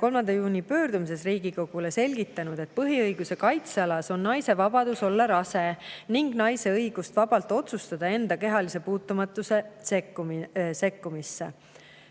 3. juuni pöördumises Riigikogule selgitanud, et põhiõiguse kaitsealas on naise vabadus olla rase ning naise õigus vabalt otsustada enda kehalisse puutumatusse sekkumise